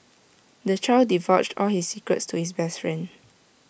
the child divulged all his secrets to his best friend